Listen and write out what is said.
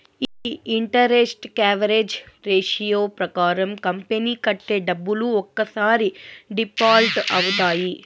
ఈ interest coverage ratio ప్రకారం company కట్టే డబ్బులు ఒక్కసారి డిఫాల్ట్ అవుతాయి